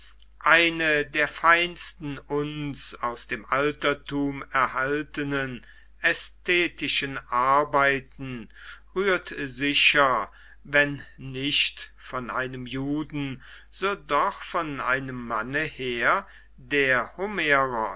eine der feinsten uns aus dem altertum erhaltenen ästhetischen arbeiten rührt sicher wenn nicht von einem juden so doch von einem manne her der